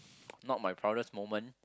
not my proudest moment